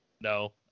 No